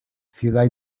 ciudad